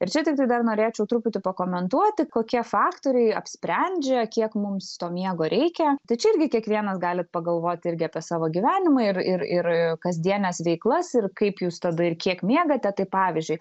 ir čia tiktai dar norėčiau truputį pakomentuoti kokie faktoriai apsprendžia kiek mums to miego reikia tačiau irgi kiekvienas gali pagalvoti irgi apie savo gyvenimą ir ir ir kasdienes veiklas ir kaip jūs tada ir kiek miegate tai pavyzdžiui